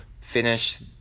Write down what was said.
finish